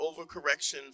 overcorrection